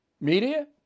Media